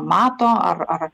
mato ar ar